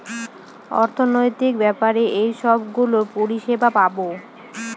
অর্থনৈতিক ব্যাপারে এইসব গুলোর পরিষেবা পাবো